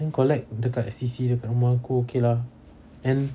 then collect dekat C_C_ dekat rumah aku okay lah and